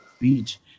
beach